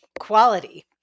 quality